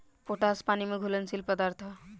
potash पानी में घुलनशील पदार्थ ह